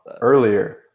earlier